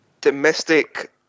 domestic